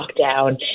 lockdown